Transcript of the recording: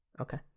Okay